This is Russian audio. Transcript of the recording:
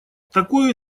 такой